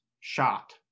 shot